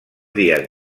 dies